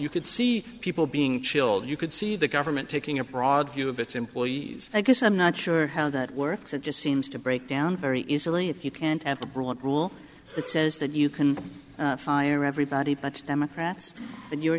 you could see people being chilled you could see the government taking a broad view of its employees i guess i'm not sure how that works it just seems to break down very easily if you can't at the broad rule that says that you can fire everybody but democrats and you are